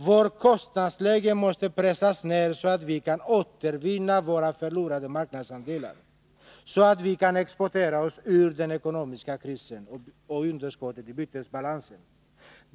Vårt kostnadsläge måste pressas ner så att vi kan återvinna våra förlorade marknadsandelar så att vi kan exportera oss ur krisen och underskottet i bytesbalansen.